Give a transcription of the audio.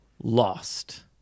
lost 。